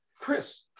Chris